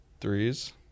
threes